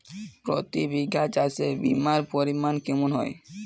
প্রতি বিঘা চাষে বিমার পরিমান কেমন হয়?